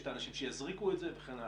שיש את האנשים שיזריקו את זה וכן הלאה?